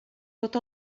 tot